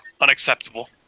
Unacceptable